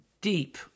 deep